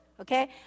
okay